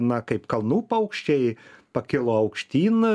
na kaip kalnų paukščiai pakilo aukštyn